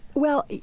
well,